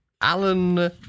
Alan